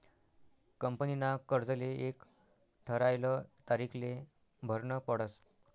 कंपनीना कर्जले एक ठरायल तारीखले भरनं पडस